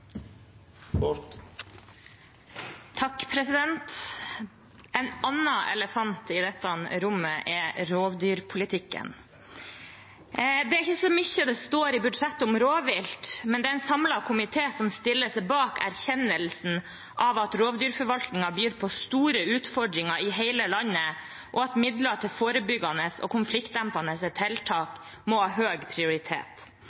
En annen elefant i dette rommet er rovdyrpolitikken. Det står ikke så mye i budsjettet om rovvilt, men det er en samlet komité som stiller seg bak erkjennelsen av at rovdyrforvaltningen byr på store utfordringer i hele landet, og at midler til forebyggende og konfliktdempende